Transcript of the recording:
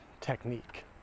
technique